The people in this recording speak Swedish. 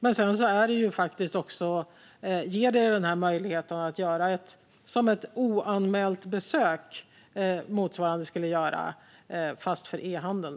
Den ger också möjligheten att göra motsvarande ett oanmält besök, fast för e-handeln.